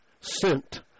sent